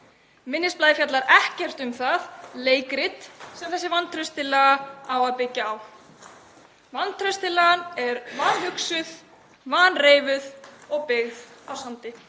Minnisblaðið fjallar ekkert um það leikrit sem þessi vantrauststillaga á að byggja á. Vantrauststillagan er vanhugsuð, vanreifuð og byggð á sandi.